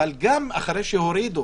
אבל גם אחרי שהורידו